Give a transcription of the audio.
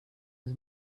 his